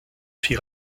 fit